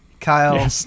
Kyle